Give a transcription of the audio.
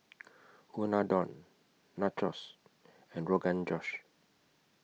Unadon Nachos and Rogan Josh